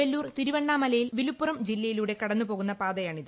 വെല്ലൂർ തിരുപ്പണ്ണാമലയിൽ വിലുപ്പുറം ജില്ലയിലൂടെ കടന്നുപോകുന്ന പാതയാണ്കിൽ